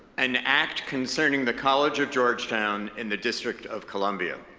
an act concerning the college of georgetown in the district of columbia.